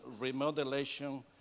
remodelation